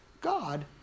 God